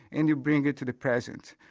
and you bring it to the present,